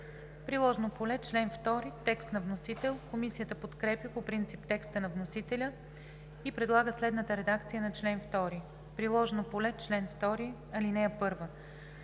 „Приложно поле“ – чл. 2, текст на вносителя. Комисията подкрепя по принцип текста на вносителя и предлага следната редакция на чл. 2: „Приложно поле Чл. 2. (1)